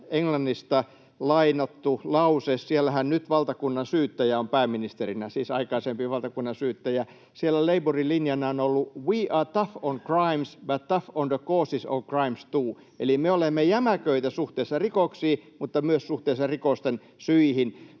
Englannista lainattu lause. Siellähän nyt valtakunnansyyttäjä on pääministerinä, siis aikaisempi valtakunnansyyttäjä. Siellä Labourin linjana on ollut ”we are tough on crimes but tough on the causes of crimes, too” eli ”me olemme jämäköitä suhteessa rikoksiin mutta myös suhteessa rikosten syihin”.